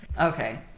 Okay